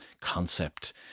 concept